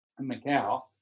Macau